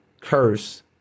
curse